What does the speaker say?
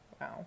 Wow